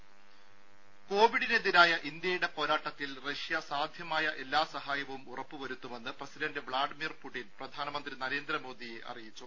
രുഭ കോവിഡിനെതിരായ ഇന്ത്യയുടെ പോരാട്ടത്തിൽ റഷ്യ സാധ്യമായ എല്ലാ സഹായവും ഉറപ്പുവരുത്തുമെന്ന് പ്രസിഡണ്ട് വ്പാഡിമർ പുടിൻ പ്രധാനമന്ത്രി നരേന്ദ്രമോദിയെ അറിയിച്ചു